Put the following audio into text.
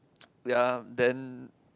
ya then